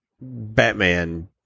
Batman